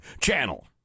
channel